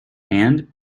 and